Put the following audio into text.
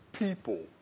People